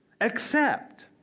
Accept